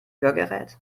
hörgerät